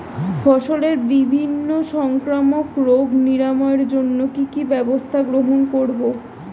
ফসলের বিভিন্ন সংক্রামক রোগ নিরাময়ের জন্য কি কি ব্যবস্থা গ্রহণ করব?